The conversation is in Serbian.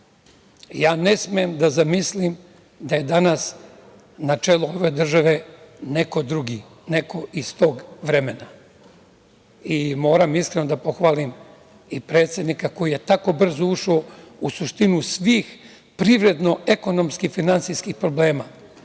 Ja ne smem da zamislim da je na čelu ove države neko drugi, neko iz tog vremena. Moram iskreno da pohvalim i predsednika koji je tako brzo ušao u suštinu svih privredno-ekonomskih finansijskih problema